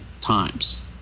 times